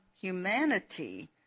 Humanity